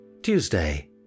Tuesday